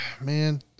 Man